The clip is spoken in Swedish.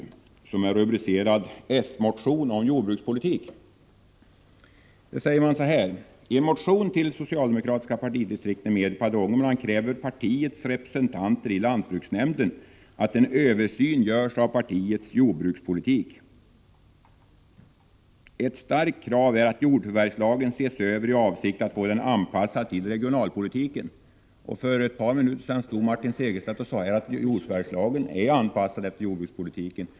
Arikeln är rubricerad ”s-motion om jordbrukspolitik”, och det står bl.a. följande: ”I en motion till de socialdemokratiska partidistrikten i Medelpad och Ångermanland kräver partiets representanter i lantbruksnämnden att en översyn görs av partiets jordbrukspolitik. Ett starkt krav är att jordförvärvslagen ses över i avsikt att få den anpassad till regionalpolitiken.” För ett par minuter sedan stod Martin Segerstedt här och sade att jordförvärvslagen är anpassad efter jordbrukspolitiken.